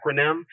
acronym